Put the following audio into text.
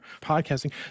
podcasting